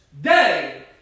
day